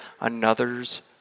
another's